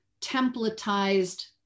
templatized